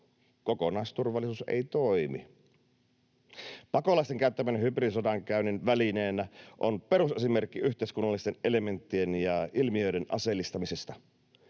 kokonaisturvallisuus ei toimi. Pakolaisten käyttäminen hybridisodankäynnin välineenä on perusesimerkki yhteiskunnallisten elementtien ja ilmiöiden aseellistamisesta.